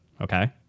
Okay